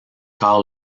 car